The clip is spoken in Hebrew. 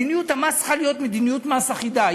מדיניות המס צריכה להיות מדיניות מס אחידה.